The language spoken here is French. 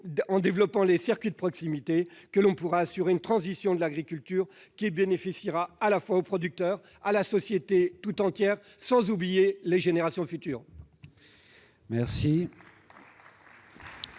la qualité et les circuits de proximité que l'on pourra assurer une transition de l'agriculture qui bénéficiera à la fois aux producteurs et à la société tout entière, sans oublier les générations futures. La